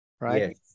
right